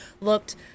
looked